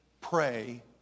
pray